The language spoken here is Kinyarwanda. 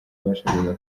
bashakaga